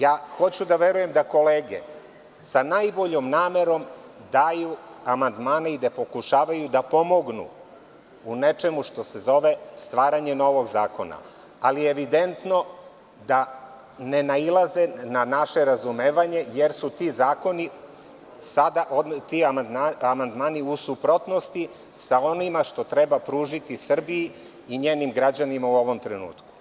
Ja hoću da verujem da kolege sa najboljom namerom daju amandmane i da pokušavaju da pomognu u nečemu što se zove stvaranje novog zakona, ali je evidentno da ne nailaze na naše razumevanje, jer su ti amandmani sada u suprotnosti sa onim što treba pružiti Srbiji i njenim građanima u ovom trenutku.